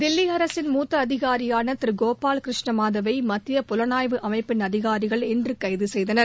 தில்லி அரசின் மூத்த அதிகாரியான கோபால் கிருஷ்ண மாதவை மத்திய புலனாய்வு அமைப்பின் அதிகாரிகள் இன்று கைது செய்தனர்